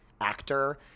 actor